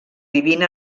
vivint